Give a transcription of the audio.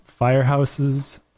firehouses